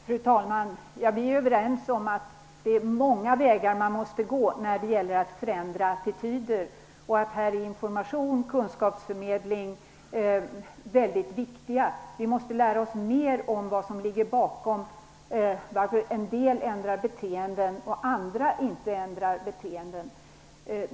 Fru talman! Vi är överens om att man måste gå många olika vägar när det gäller att förändra attityder. Information och kunskapsförmedling är här mycket viktiga. Vi måste lära oss mer om vad som ligger bakom att en del ändrar beteende och andra inte.